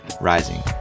Rising